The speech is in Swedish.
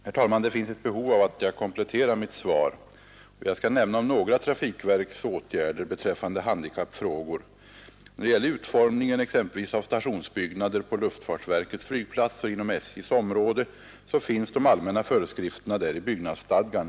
Herr talman! Det finns ett behov av att jag kompletterar mitt svar, och jag skall nämna några trafikverks åtgärder beträffande handikappfrågor. När det gäller utformningen av exempelvis stationsbyggnader på luftfartsverkets flygplatser och inom SJ:s område finns de allmänna föreskrifterna i byggnadsstadgan.